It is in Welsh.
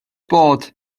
bod